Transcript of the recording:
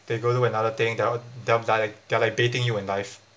they go to another thing they're they're like they're like baiting you in life